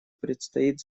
предстоит